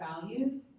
values